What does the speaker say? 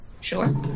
Sure